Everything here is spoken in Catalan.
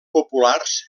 populars